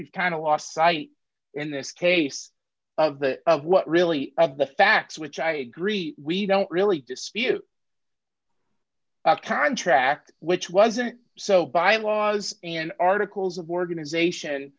we've kind of lost sight in this case of the what really of the facts which i agree we don't really dispute contract which wasn't so by laws and articles of organization